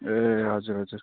ए हजुर हजुर